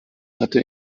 hatte